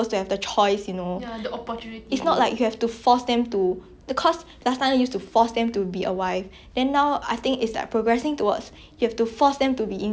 then now I think is that it's progressing towards you have to force them to be independent like you have to be your own person you know so it's like I think like what you said it's ultimately